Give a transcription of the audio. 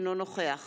אינו נוכח